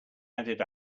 added